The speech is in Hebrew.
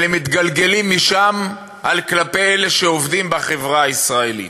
אבל הם מתגלגלים משם כלפי אלה שעובדים בחברה הישראלית.